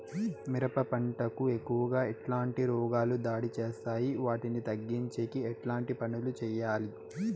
మిరప పంట కు ఎక్కువగా ఎట్లాంటి రోగాలు దాడి చేస్తాయి వాటిని తగ్గించేకి ఎట్లాంటి పనులు చెయ్యాలి?